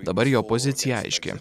dabar jo pozicija aiški